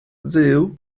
dduw